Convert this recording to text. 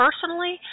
personally